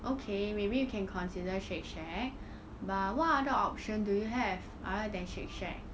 okay maybe you can consider Shake Shack but what other option do you have other than Shake Shack